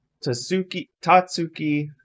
Tatsuki